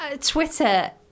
Twitter